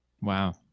Wow